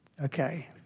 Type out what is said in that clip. Okay